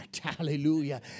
Hallelujah